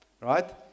right